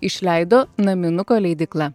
išleido naminuko leidykla